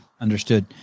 understood